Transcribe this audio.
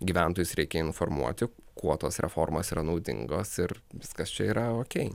gyventojus reikia informuoti kuo tos reformos yra naudingos ir viskas čia yra okei